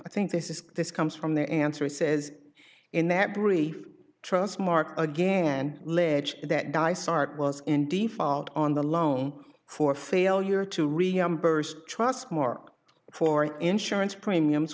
i think this is this comes from their answer it says in that brief trust mark again ledge that die start was in default on the loan for failure to reimburse trustmark for insurance premiums